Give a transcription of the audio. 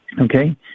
Okay